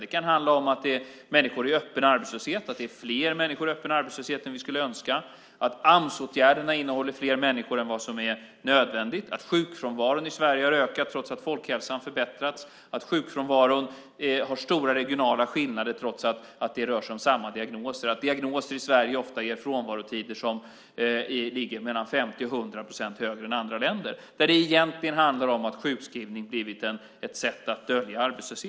Det kan handla om att det är människor i öppen arbetslöshet, att det är fler människor i öppen arbetslöshet än vi skulle önska, att Amsåtgärderna innehåller fler människor än vad som är nödvändigt, att sjukfrånvaron i Sverige har ökat trots att folkhälsan har förbättrats, att sjukfrånvaron har stora regionala skillnader trots att det rör sig om samma diagnoser och att diagnoser i Sverige ofta ger frånvarotider som ligger mellan 50 och 100 procent högre än i andra länder eftersom det egentligen handlar om att sjukskrivning blivit ett sätt att dölja arbetslöshet.